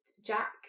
Jack